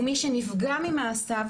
ומי שנפגע ממעשיו,